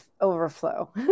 overflow